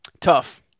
Tough